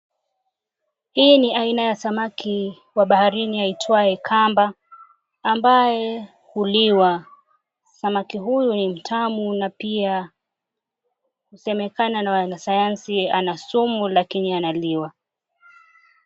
Hii ni aina ya samaki wa baharini aitwaye kamba ambaye huliwa. Samaki huyu ni mtamu na pia husemekana na wanasayansi ana sumu, lakini analiwa.